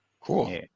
Cool